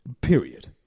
period